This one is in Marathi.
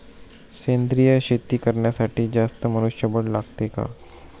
सेंद्रिय शेती करण्यासाठी जास्त मनुष्यबळ लागते का?